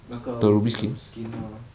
那个 ruby launch skin ah